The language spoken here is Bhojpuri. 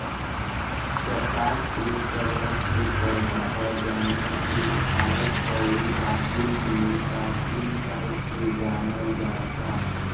कपास एक तरह के पौधा ह जवना के फारस अउरी बाबुल में प्राचीन काल से जानल जाता